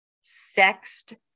sexed